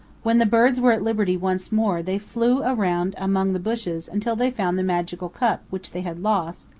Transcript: when the birds were at liberty once more they flew around among the bushes until they found the magical cup which they had lost,